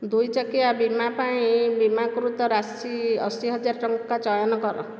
ଦୁଇ ଚକିଆ ବୀମା ପାଇଁ ବୀମାକୃତ ରାଶି ଅଶି ହଜାର ଟଙ୍କା ଚୟନ କର